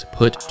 put